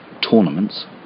tournaments